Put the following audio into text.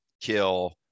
kill